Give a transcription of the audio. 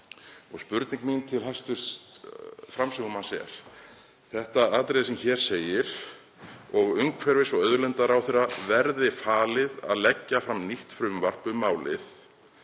…“ Spurning mín til hv. framsögumanns er: Þetta atriði sem hér segir, að umhverfis- og auðlindaráðherra verði falið að leggja fram nýtt frumvarp um málið